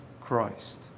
Christ